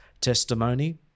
testimony